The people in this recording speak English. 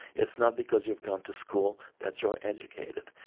it's not because you've gone to school that you're educated.